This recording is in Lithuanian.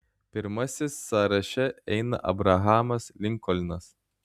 pirmasis sąraše eina abrahamas linkolnas